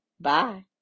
Bye